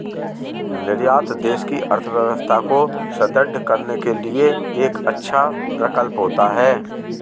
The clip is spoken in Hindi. निर्यात देश की अर्थव्यवस्था को सुदृढ़ करने के लिए एक अच्छा प्रकल्प होता है